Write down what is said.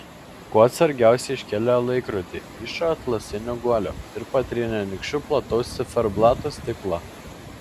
kuo atsargiausiai iškėlė laikrodį iš atlasinio guolio ir patrynė nykščiu plataus ciferblato stiklą